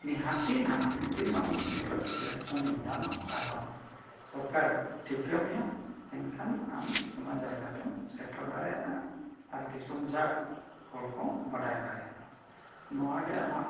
ᱱᱤᱦᱟᱹᱛ ᱜᱮ ᱱᱟᱦᱟᱜ ᱢᱤᱫ ᱫᱤᱱ ᱵᱟᱝ ᱢᱤᱫ ᱫᱤᱱ ᱦᱤᱞᱳᱜ ᱮᱢ ᱧᱟᱢᱟ ᱟᱨᱵᱟᱝ ᱥᱚᱨᱠᱟᱨᱮ ᱴᱷᱤᱠᱟᱹᱢᱮᱭᱟ ᱮᱱᱠᱷᱟᱱ ᱟᱢ ᱚᱱᱟ ᱡᱟᱭᱜᱟᱛᱮᱢ ᱥᱮᱴᱮᱨ ᱫᱟᱲᱮᱭᱟᱜᱼᱟ ᱟᱨ ᱫᱤᱥᱚᱢ ᱡᱟᱠ ᱦᱚᱲᱠᱚ ᱵᱟᱰᱟᱭ ᱫᱟᱲᱮᱭᱟᱢᱟ ᱱᱚᱣᱟᱜᱮ ᱟᱢᱟᱜ